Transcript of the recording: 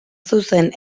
zuzen